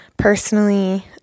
personally